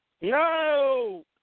No